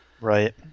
Right